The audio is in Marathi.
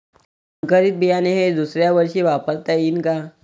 संकरीत बियाणे हे दुसऱ्यावर्षी वापरता येईन का?